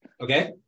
Okay